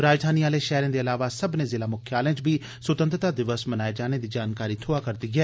राजधानी आले पैहरें दे इलावा सक्मने जिला मुख्यालयें च बी सुतैंत्रता दिवस मनाए जाने दी जानकारी थ्होआ करदी ऐ